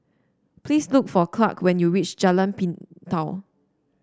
please look for Clarke when you reach Jalan Pintau